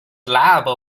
lab